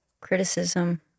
criticism